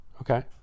Okay